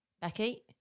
Becky